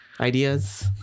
ideas